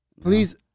Please